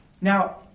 now